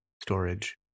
storage